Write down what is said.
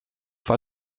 war